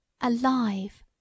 Alive